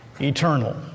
eternal